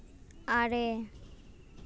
ᱟᱨᱮ